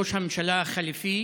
ראש הממשלה החליפי